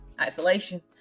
isolation